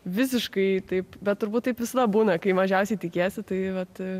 visiškai taip bet turbūt taip visada būna kai mažiausiai tikiesi tai vat